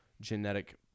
genetic